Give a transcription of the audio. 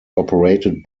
operated